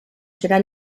será